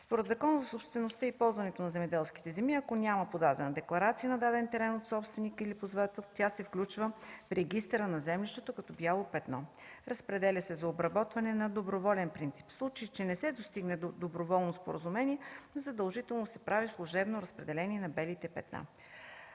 Според Закона за собствеността и ползването на земеделските земи, ако няма подадена декларация за даден терен от собственика или ползвателя, тя се включва в регистъра на землището като бяло петно, разпределя се за обработване на доброволен принцип. В случай, че не се достигне до доброволно споразумение, задължително се прави служебно разпределение на белите петна.